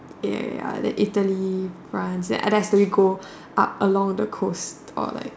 ya ya ya then Italy France unless it's really cold along the coast